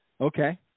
Okay